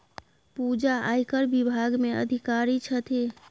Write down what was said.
पूजा आयकर विभाग मे अधिकारी छथि